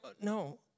no